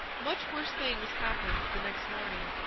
much worse things happened the next morning.